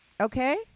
Okay